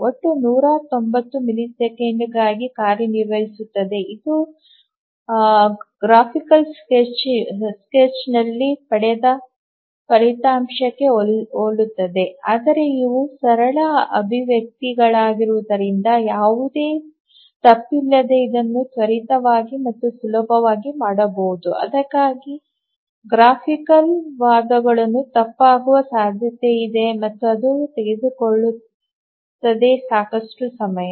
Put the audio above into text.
ಒಟ್ಟು 190 ಮಿಲಿಸೆಕೆಂಡ್ ಆಗಿ ಕಾರ್ಯನಿರ್ವಹಿಸುತ್ತದೆ ಇದು ಚಿತ್ರಾತ್ಮಕ ರೇಖಾಚಿತ್ರದಲ್ಲಿ ಪಡೆದ ಫಲಿತಾಂಶಕ್ಕೆ ಹೋಲುತ್ತದೆ ಆದರೆ ಇವು ಸರಳ ಅಭಿವ್ಯಕ್ತಿಗಳಾಗಿರುವುದರಿಂದ ಯಾವುದೇ ತಪ್ಪಿಲ್ಲದೆ ಇದನ್ನು ತ್ವರಿತವಾಗಿ ಮತ್ತು ಸುಲಭವಾಗಿ ಮಾಡಬಹುದು ಆದರೆ ಚಿತ್ರಾತ್ಮಕವಾದವುಗಳು ತಪ್ಪಾಗುವ ಸಾಧ್ಯತೆಯಿದೆ ಮತ್ತು ಅದು ತೆಗೆದುಕೊಳ್ಳುತ್ತದೆ ಸಾಕಷ್ಟು ಸಮಯ